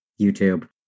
YouTube